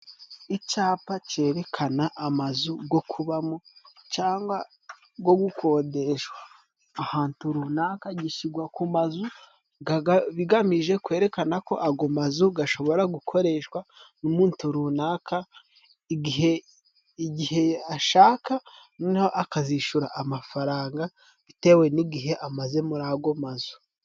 Icapa cerekana amazu go kubamo cangwa go gukodeshwa ahantu runaka, gishigwa ku mazu. Bigamije kwerekana ko ago mazu gashobora gukoreshwa n’umuntu runaka igihe ashaka, noneho akazishura amafaranga bitewe n’igihe amaze muri ago mazu.